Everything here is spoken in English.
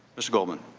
mr. goldman?